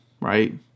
right